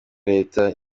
leta